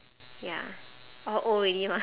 ya all old already mah